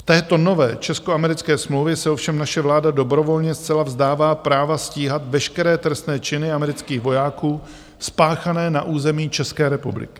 V této nové českoamerické smlouvě se ovšem naše vláda zcela dobrovolně vzdává práva stíhat veškeré trestné činy amerických vojáků spáchané na území České republiky.